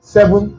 Seven